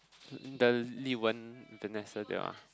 the Li-Wen Vanessa they all